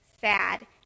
sad